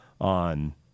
on